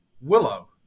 Willow